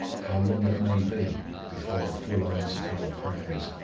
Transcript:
how long it may be, before a full answer to our prayers,